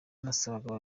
nasabaga